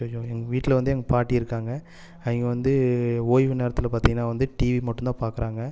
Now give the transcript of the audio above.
எங்கள் வீட்டில் வந்து எங்கள் பாட்டி இருக்காங்க அவங்க வந்து ஓய்வு நேரத்தில் பார்த்தீங்கன்னா வந்து டிவி மட்டும்தான் பார்க்குறாங்க